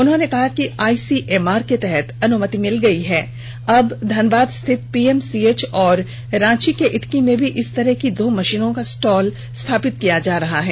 उन्होंने कहा कि आई सी एम आर के तहत अनुमति गयी है अब धनबाद स्थित पी एम सी एच और रांची के इटकी में भी इस तरह की दो मशीनों का स्टॉल स्थापित किया जा रहा है